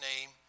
name